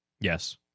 Yes